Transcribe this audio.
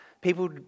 People